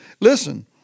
Listen